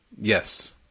Yes